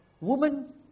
woman